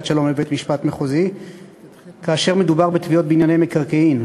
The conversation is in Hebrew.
שלום לבית-משפט מחוזי כאשר מדובר בתביעות בענייני מקרקעין.